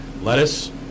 lettuce